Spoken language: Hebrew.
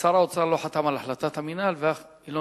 ואחרי כן בשנת 2002. היתה החלטת מינהל שבעצם גרמה